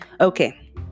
Okay